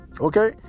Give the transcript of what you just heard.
Okay